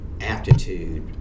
aptitude